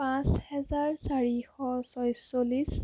পাঁচ হেজাৰ চাৰিশ ছয়চল্লিছ